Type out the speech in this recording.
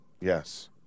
Yes